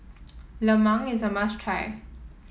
Lemang is a must try